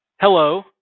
Hello